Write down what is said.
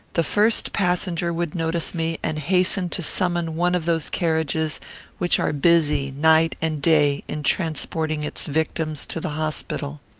the first passenger would notice me, and hasten to summon one of those carriages which are busy night and day in transporting its victims to the hospital.